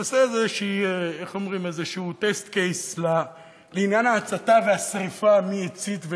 שנעשה איזה test case לעניין ההצתה והשרפה: מי הצית,